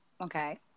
Okay